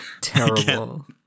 Terrible